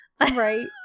Right